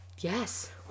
yes